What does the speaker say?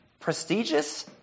prestigious